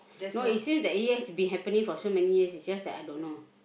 no it seems that it has been happening for so many years it's just that I don't know